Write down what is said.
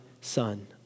son